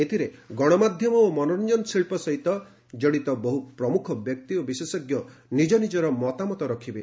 ଏଥିରେ ଗଣମାଧ୍ୟମ ଓ ମନୋରଞ୍ଜନ ଶିଳ୍ପ ସହିତ କଡ଼ିତ ବହୁ ପ୍ରମୁଖ ବ୍ୟକ୍ତି ଓ ବିଶେଷଜ୍ଞ ନିଜ ନିଜର ମତାମତ ରଖିବେ